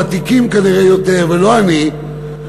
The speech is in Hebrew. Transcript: הוותיקים יותר ולא אני,